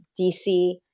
DC